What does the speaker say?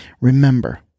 remember